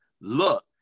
look